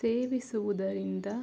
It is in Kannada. ಸೇವಿಸುವುದರಿಂದ